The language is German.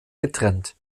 getrennt